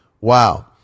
Wow